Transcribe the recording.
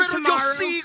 tomorrow